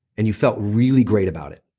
and you felt really great about it.